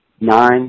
nine